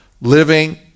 Living